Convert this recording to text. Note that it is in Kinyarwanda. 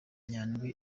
nyandwi